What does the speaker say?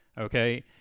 Okay